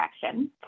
direction